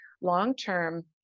long-term